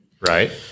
Right